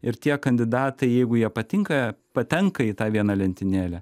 ir tie kandidatai jeigu jie patinka patenka į tą vieną lentynėlę